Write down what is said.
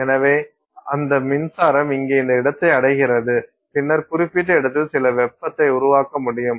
எனவே அந்த மின்சாரம் இங்கே இந்த இடத்தை அடைகிறது பின்னர் குறிப்பிட்ட இடத்தில் சில வெப்பத்தை உருவாக்க முடியும்